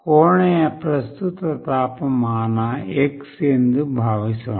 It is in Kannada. ಕೋಣೆಯ ಪ್ರಸ್ತುತ ತಾಪಮಾನ x ಎಂದು ಭಾವಿಸೋಣ